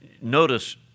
Notice